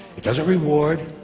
it doesn't reward,